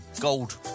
gold